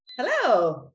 Hello